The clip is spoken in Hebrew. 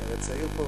אני הרי צעיר פה,